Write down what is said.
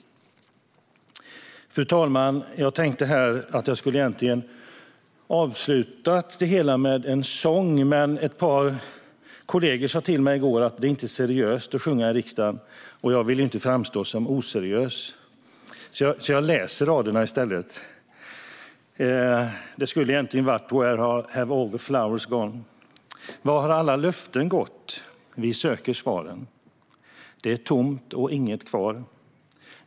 Fru talman! Jag tänkte egentligen ha avslutat det hela med en sång. Men ett par kollegor sa till mig i går att det inte är seriöst att sjunga i riksdagen, och jag vill ju inte framstå som oseriös, så jag läser raderna i stället. Det skulle egentligen ha varit melodin till Where have all the flowers gone . Vart har alla löften gått? Vi söker svaren. Det är tomt och inget kvar.